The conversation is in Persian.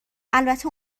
البته